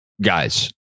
guys